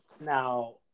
Now